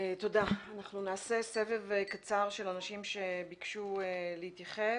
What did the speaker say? תודה אנחנו נעשה סבב קצר של אנשים שביקשו להתייחס.